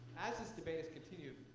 as this debate has continued,